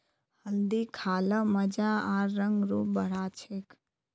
हल्दी खा ल मजा आर रंग रूप बढ़ा छेक